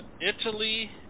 Italy